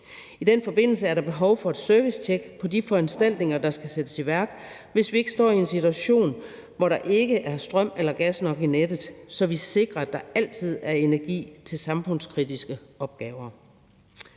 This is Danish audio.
I den forbindelse er der behov for et servicetjek på de foranstaltninger, der skal sættes i værk, hvis vi ikke skal stå i en situation, hvor der ikke er strøm eller gas nok i nettet, så vi sikrer, at der altid er energi til samfundskritiske opgaver.